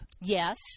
Yes